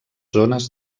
zones